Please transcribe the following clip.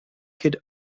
could